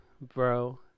bro